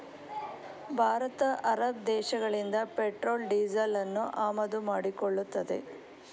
Bharat Arab ದೇಶಗಳಿಂದ petrol ಡೀಸೆಲನ್ನು ಆಮದು ಮಾಡಿಕೊಳ್ಳುತ್ತದೆ